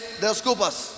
desculpas